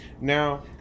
Now